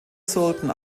sultan